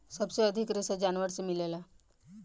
सबसे अधिक रेशा जानवर से मिलेला